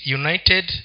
united